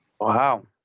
Wow